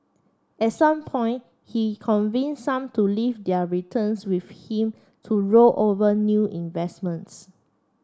at some point he convinced some to leave their returns with him to roll over new investments